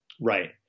Right